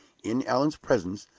in allan's presence,